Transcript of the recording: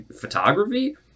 photography